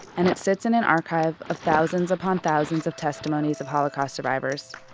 and it sits in an archive of thousands upon thousands of testimonies of holocaust survivors.